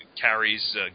carries